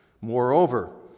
Moreover